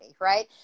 right